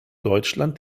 deutschland